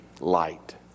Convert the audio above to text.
light